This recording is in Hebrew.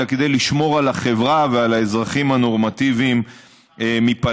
אלא כדי לשמור על החברה ועל האזרחים הנורמטיביים מפניו.